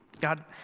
God